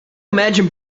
imagine